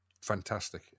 fantastic